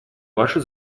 ваши